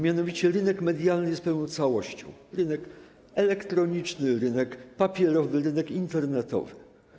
Mianowicie: rynek medialny jest pewną całością: rynek elektroniczny, rynek papierowy, rynek internetowy.